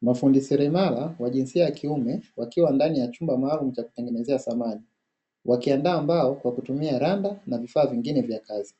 Mafundi seremala wa jinsia ya kiume wakiwa ndani ya chumba maalumu cha kutengeneza samani, wakiandaaa mbao kwa kutumia randa na vifaaa vingine vya kazi.